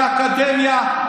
האקדמיה,